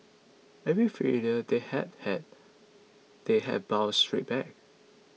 every failure they have had they have bounced straight back